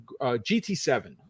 GT7